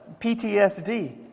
PTSD